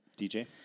DJ